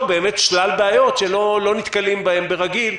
באמת שלל בעיות שלא נתקלים בהן ברגיל,